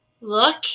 Look